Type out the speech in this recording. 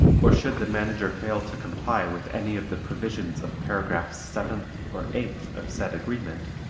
or should the manager fail to comply with any of the provisions of paragraphs seventh or eighth of said agreement,